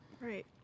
right